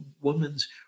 woman's